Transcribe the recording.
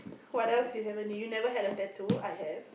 what else do you havent do you never had a tattoo I have